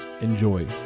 Enjoy